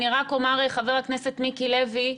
אני רק אומר, חבר הכנסת מיקי לוי,